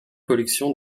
collection